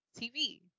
tv